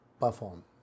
perform